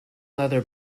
leather